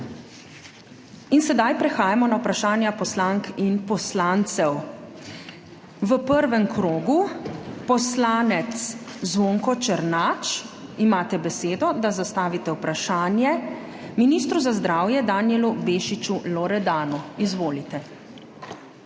Sedaj prehajamo na vprašanja poslank in poslancev. V prvem krogu imate besedo poslanec Zvonko Černač, da zastavite vprašanje ministru za zdravje Danijelu Bešiču Loredanu. Izvolite.